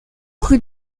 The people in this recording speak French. rue